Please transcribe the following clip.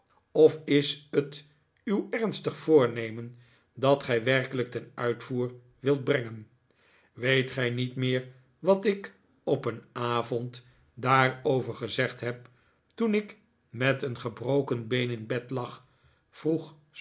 of is het uw ernstige voornemen dat gij werkelijk ten uitvoer wilt brengen weet gij niet meer wat ik op een avond daarover gezegd heb toen ik met een gebroken been in bed lag vroeg